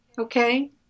okay